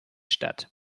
statt